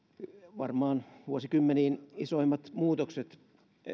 varmaan vuosikymmeniin isoimmat muutokset